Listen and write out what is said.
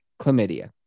chlamydia